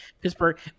Pittsburgh